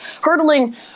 hurtling